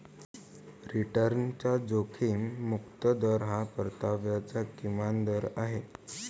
रिटर्नचा जोखीम मुक्त दर हा परताव्याचा किमान दर आहे